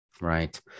Right